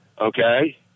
Okay